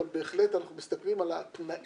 אבל בהחלט אנחנו מסתכלים על התנאים